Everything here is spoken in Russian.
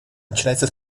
начинается